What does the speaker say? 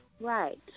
right